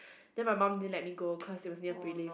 then my mum didn't let me go cause it was near prelim